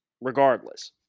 regardless